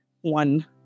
one